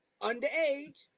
underage